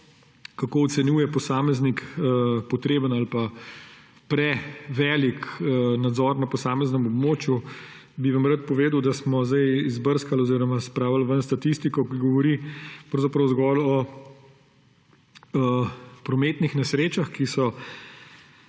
kako ocenjuje posameznik potreben ali prevelik nadzor na posameznem območju, bi vam rad povedal, da smo zdaj izbrskali oziroma spravili ven statistiko, ki govori pravzaprav zgolj o prometnih nesrečah, ki so